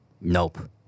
Nope